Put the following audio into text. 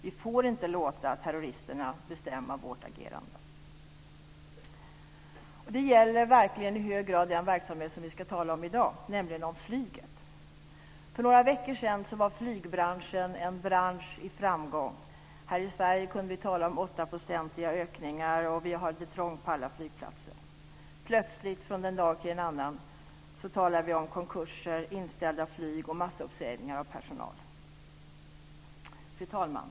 Vi får inte låta terroristerna bestämma vårt agerande. Detta gäller verkligen i hög grad den verksamhet vi ska tala om i dag, nämligen flyget. För några veckor sedan var flygbranschen en bransch i framgång. Här i Sverige kunde vi tala om 8-procentiga ökningar och att det var trångt på alla flygplatser. Plötsligt, från en dag till en annan, talar vi om konkurser, inställda flyg och massuppsägningar av personal. Fru talman!